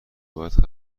باید